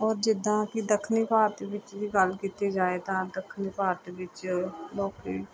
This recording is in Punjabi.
ਔਰ ਜਿੱਦਾਂ ਕਿ ਦੱਖਣੀ ਭਾਰਤ ਵਿੱਚ ਵੀ ਗੱਲ ਕੀਤੀ ਜਾਏ ਤਾਂ ਦੱਖਣੀ ਭਾਰਤ ਵਿੱਚ ਲੋਕ